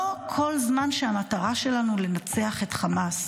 לא כל זמן שהמטרה שלנו היא לנצח את חמאס.